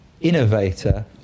innovator